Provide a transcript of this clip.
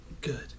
Good